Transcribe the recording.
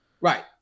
Right